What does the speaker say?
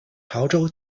潮州